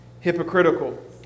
hypocritical